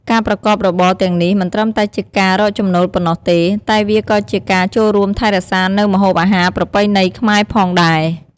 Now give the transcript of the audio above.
ការប្រកបរបរទាំងនេះមិនត្រឹមតែជាការរកចំណូលប៉ុណ្ណោះទេ តែវាក៏ជាការចូលរួមថែរក្សានូវម្ហូបអាហារប្រពៃណីខ្មែរផងដែរ។